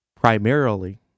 primarily